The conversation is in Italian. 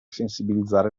sensibilizzare